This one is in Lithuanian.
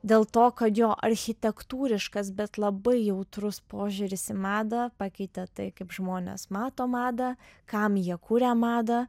dėl to kad jo architektūriškas bet labai jautrus požiūris į madą pakeitė tai kaip žmonės mato madą kam jie kuria madą